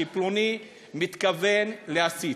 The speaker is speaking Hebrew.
שפלוני מתכוון להצית.